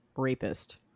rapist